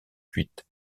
cuites